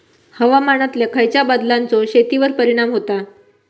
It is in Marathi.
हवामानातल्या खयच्या बदलांचो शेतीवर परिणाम होता?